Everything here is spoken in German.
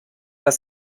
das